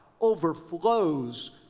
overflows